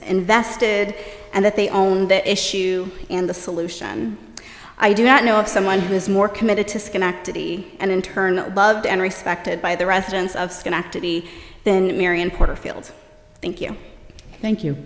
invested and that they owned the issue and the solution i do not know of someone who is more committed to schenectady and in turn loved and respected by the residents of schenectady than marion porterfield thank you thank you